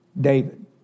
David